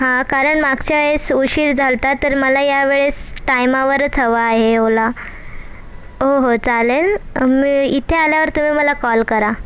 हां कारण मागच्या वेळेस उशीर झाला होता तर मला या वेळेस टाईमावरच हवं आहे ओला हो हो चालेल मी इथे आल्यावर तुम्ही मला कॉल करा